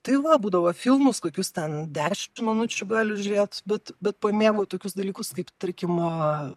tai va būdavo filmus kokius ten dešimt minučių gali žiūrėt bet bet pamėgo tokius dalykus kaip tarkim